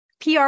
PR